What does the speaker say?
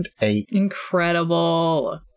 Incredible